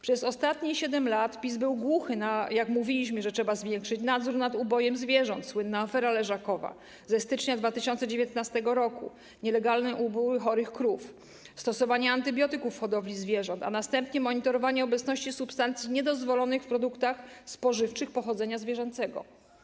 Przez ostatnich 7 lat PiS był głuchy, kiedy mówiliśmy, że trzeba zwiększyć nadzór na ubojem zwierząt - słynna afera leżakowa ze stycznia 2019 r., czyli nielegalny ubój chorych krów - stosowaniem antybiotyków w hodowli zwierząt, a następnie monitorowaniem obecności substancji niedozwolonych w produktach spożywczych pochodzenia zwierzęcego.